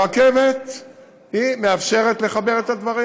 הרכבת מאפשרת לחבר את הדברים.